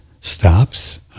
stops